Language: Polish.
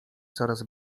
coraz